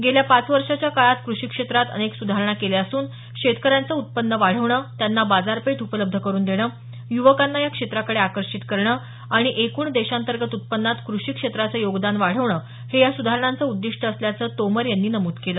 गेल्या पाच वर्षाच्या काळात कृषी क्षेत्रात अनेक सुधारणा केल्या असून शेतकऱ्यांचं उत्पन्न वाढवणं त्यांना बाजारपेठ उपलब्ध करुन देणं युवकांना या क्षेत्राकडे आकर्षित करणं आणि एकूण देशांतर्गत उत्पन्नात क्रषी क्षेत्राचं योगदान वाढवण हे या सुधारणांचं उद्दीष्ट असल्याचं तोमर यांनी नमूद केलं